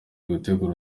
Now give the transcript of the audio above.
gutegura